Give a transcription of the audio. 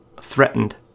threatened